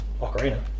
Ocarina